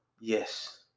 Yes